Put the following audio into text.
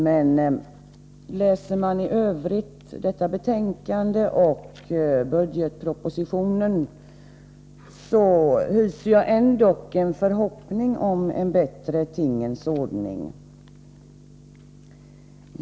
Men efter att i Övrigt ha läst detta betänkande och budgetpropositionen hyser jag ändock en förhoppning om en bättre tingens ordning.